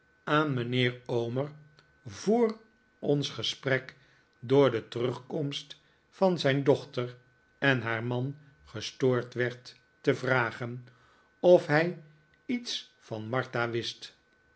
aan mijnheer omer voor ons gesprek door de terugkomst van zijn dochter en haar man gestoord werd te vragen of hij iets van martha wist